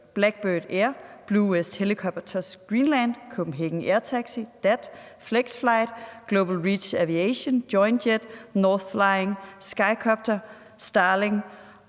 BLACKBIRD AIR, BlueWest Helicopters Greenland, Copenhagen AirTaxi, DAT, FlexFlight, Global Reach Aviation, JoinJet, North Flying, SkyCopter, Starling